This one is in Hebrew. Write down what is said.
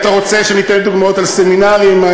אתה רוצה שאתן דוגמאות על סמינרים?